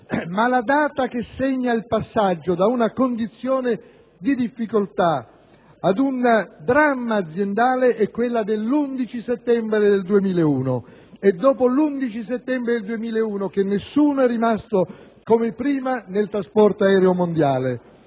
ma la data che segna il passaggio da una condizione di difficoltà a un dramma aziendale è quella dell'11 settembre 2001. È dopo quella data che nessuno è rimasto come prima nel trasporto aereo mondiale,